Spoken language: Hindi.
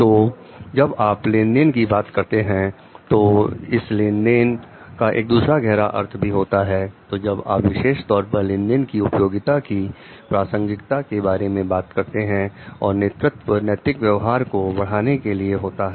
तो जब आप विशेष तौर पर लेनदेन की उपयोगिता की प्रासंगिकता के बारे में बात करते हैं और नेतृत्व नैतिक व्यवहार को बढ़ाने के लिए होता है